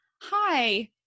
hi